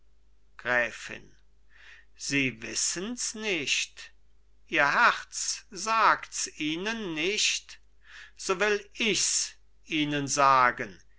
gräfin sie wissens nicht ihr herz sagts ihnen nicht so will ichs ihnen sagen